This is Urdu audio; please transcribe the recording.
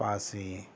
پاس ہی